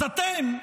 אז אתם,